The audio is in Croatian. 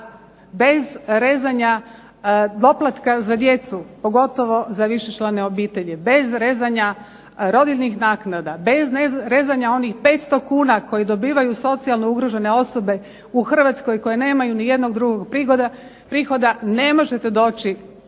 bez rezanja doplatka za djecu, pogotovo za višečlane obitelji, bez rezanja rodiljnih naknada, bez rezanja onih 500 kuna koji dobivaju socijalne ugrožene osobe u Hrvatskoj koji nemaju ni jednog drugog prihoda ne možete doći